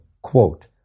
Quote